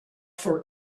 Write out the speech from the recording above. for